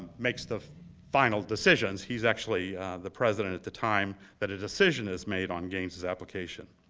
makes the final decisions. he's actually the president at the time that a decision is made on gaines's application.